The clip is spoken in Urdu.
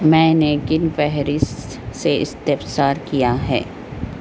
میں نے کن فہرست سے استفسار کیا ہے